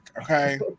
Okay